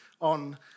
on